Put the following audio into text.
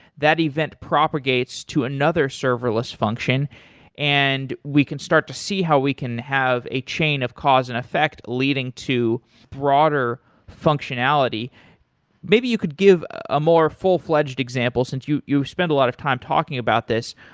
that event propagates to another serverless function and we can start to see how we can have a chain of cause and effect leading to broader functionality maybe you could give a more full-fledged example, since you you spend a lot of time talking about this,